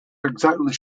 exactly